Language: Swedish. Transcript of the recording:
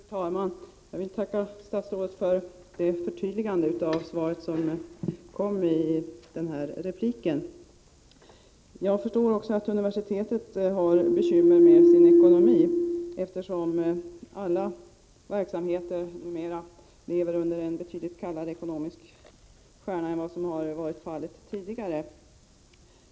Fru talman! Jag vill tacka statsrådet för det förtydligande av svaret som hon gav i denna replik. Jag förstår att universitetet har bekymmer med sin ekonomi; alla verksamheter bedrivs numera under en betydligt kallare stjärna än tidigare.